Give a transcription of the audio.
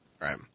Right